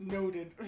Noted